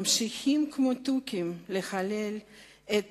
ממשיכים כמו תוכים לחלל את